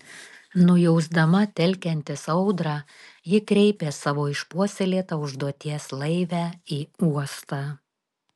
nujausdama telkiantis audrą ji kreipė savo išpuoselėtą užduoties laivę į uostą